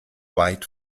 weit